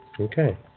Okay